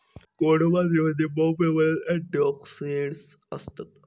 कोडो बाजरीमध्ये मॉप प्रमाणात अँटिऑक्सिडंट्स असतत